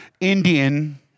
Indian